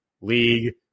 league